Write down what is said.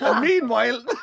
Meanwhile